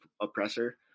oppressor